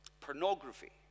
Pornography